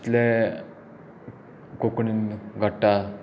जितलें कोंकणीन घडटा